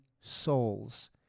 souls